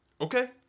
Okay